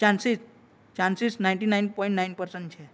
chances chances ninety nine point nine percent છે